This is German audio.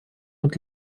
und